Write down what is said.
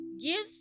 gives